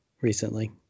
recently